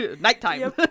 Nighttime